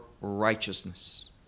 righteousness